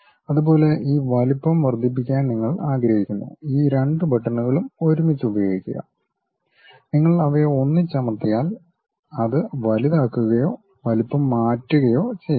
അതുപോലെ ഈ വലുപ്പം വർദ്ധിപ്പിക്കാൻ നിങ്ങൾ ആഗ്രഹിക്കുന്നു ഈ രണ്ട് ബട്ടണുകളും ഒരുമിച്ച് ഉപയോഗിക്കുക നിങ്ങൾ അവയെ ഒന്നിച്ച് അമർത്തിയാൽ അത് വലുതാക്കുകയോ വലുപ്പം മാറ്റുകയോ ചെയ്യും